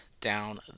down